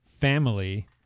family